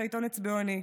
את העיתון "אצבעוני",